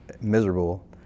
miserable